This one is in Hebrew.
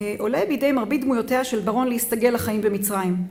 עולה בידי מרבית דמויותיה של ברון להסתגל לחיים במצרים.